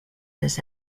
this